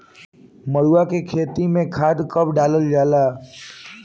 मरुआ के खेती में खाद कब डालल जाला?